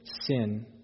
sin